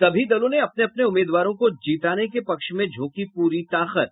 सभी दलों ने अपने अपने उम्मीदवारों को जीताने के पक्ष में झोंकी पूरी ताकत